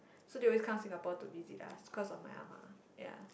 so they always come Singapore to visit us cause of my ah ma ya